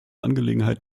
angelegenheit